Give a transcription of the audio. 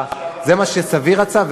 זה מה שסבי רצה,